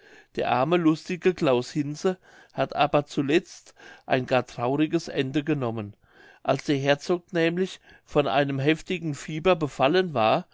der arme lustige claus hinze hat aber zuletzt ein gar trauriges ende genommen als der herzog nämlich von einem heftigen fieber befallen war